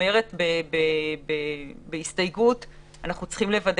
אני אומרת בהסתייגות שאנחנו צריכים לוודא